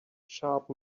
sharp